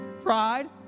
Pride